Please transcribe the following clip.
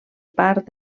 part